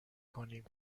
کنیم